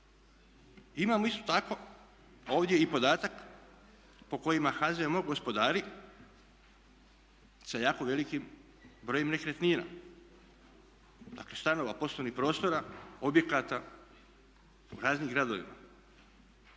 Imamo isto tako ovdje i podatak po kojem HZMO gospodari sa jako velikim brojem nekretnina. Dakle, stanova, poslovnih prostora, objekata u raznim gradovima